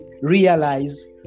realize